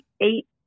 eight